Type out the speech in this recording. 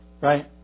right